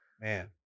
Man